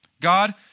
God